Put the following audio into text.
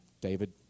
David